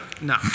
No